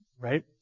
Right